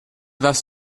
thus